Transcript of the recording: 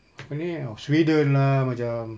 apa ni ah sweden lah macam